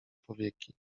powieki